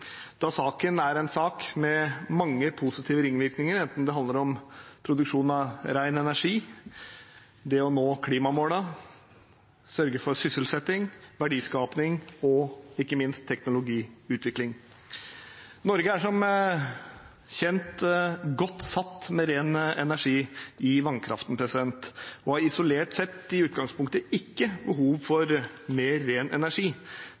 da saken er en sak med mange positive ringvirkninger – enten det handler om produksjon av ren energi og det å nå klimamålene eller å sørge for sysselsetting, verdiskaping og ikke minst teknologiutvikling. Norge er som kjent godt satt med ren energi i vannkraften, og har isolert sett i utgangspunktet ikke behov for mer ren energi.